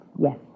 yes